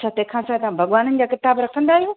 अच्छा तंहिंखां सवाइ तव्हां भॻवाननि जा किताब रखंदा आहियो